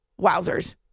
Wowzers